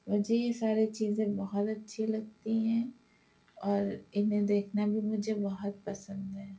مجھے یہ سارے چیزیں بہت اچھی لگتی ہیں اور انہیں دیکھنا بھی مجھے بہت پسند ہیں